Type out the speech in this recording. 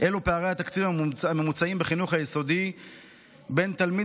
אלו פערי התקציב הממוצעים בחינוך היסודי בין תלמיד